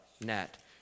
net